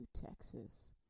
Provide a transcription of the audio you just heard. Texas